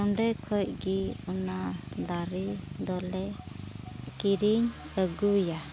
ᱚᱸᱰᱮ ᱠᱷᱚᱱ ᱜᱮ ᱚᱱᱟ ᱫᱟᱨᱮ ᱫᱚᱞᱮ ᱠᱤᱨᱤᱧ ᱟᱹᱜᱩᱭᱟ